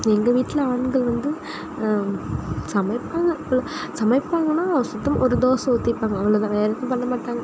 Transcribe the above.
எங்கள் வீட்டில் ஆண்கள் வந்து சமைப்பாங்க ஃபுல் சமைப்பாங்கன்னால் சுத்தமாக ஒரு தோசை ஊற்றிப்பாங்க அவ்வளோ தான் வேறு எதுவும் பண்ண மாட்டாங்க